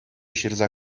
ҫырса